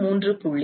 மாணவர்